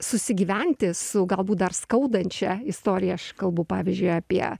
susigyventi su galbūt dar skaudančia istorija aš kalbu pavyzdžiui apie